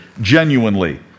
genuinely